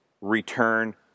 return